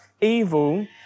evil